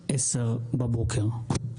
בשעה 10:00 בבוקר.